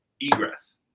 egress